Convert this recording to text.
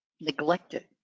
neglected